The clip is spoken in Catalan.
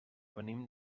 venim